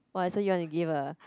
!wah! so you wanna give ah